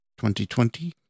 2020